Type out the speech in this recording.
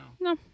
No